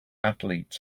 athletes